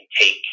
take